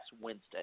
Wednesday